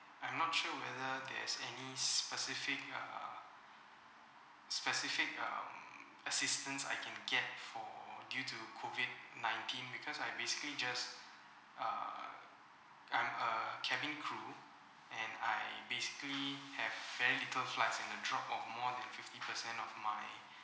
I'm not sure whether there is any specific err specific um assistance I can get for due to COVID nineteen because I basically just uh I'm a cabin crew and I basically have very little flights and a drop of more than fifty percent of my